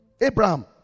Abraham